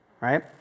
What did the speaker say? right